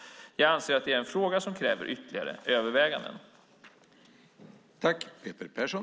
Jag anser att det är en fråga som kräver ytterligare överväganden.